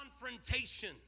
Confrontation